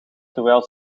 terwijl